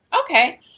Okay